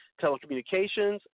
telecommunications